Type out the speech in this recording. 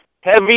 heavy